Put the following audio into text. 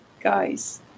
guys